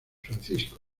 francisco